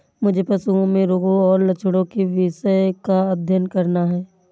मुझे पशुओं में रोगों और लक्षणों के विषय का अध्ययन करना है